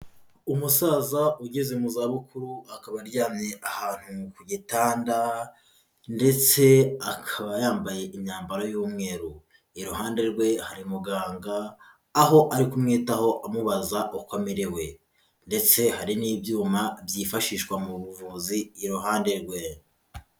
Umusaza ugeze mu zabukuru, akaba aryamye ahantu ku gitanda ndetse akaba yambaye imyambaro y'umweru, iruhande rwe hari umuganga aho ari kumwitaho amubaza uko amerewe ndetse hari n'ibyuma byifashishwa mu buvuzi iruhande rwe.